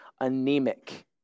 anemic